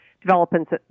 developments